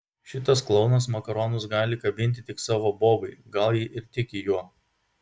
šitas klounas makaronus gali kabinti tik savo bobai gal ji ir tiki juo